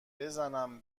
بزنم